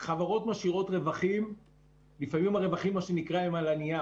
היום משלמים יום-יום מס על זה.